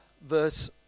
verse